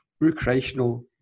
recreational